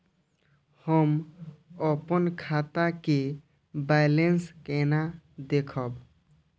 हम अपन खाता के बैलेंस केना देखब?